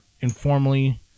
informally